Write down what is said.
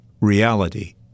reality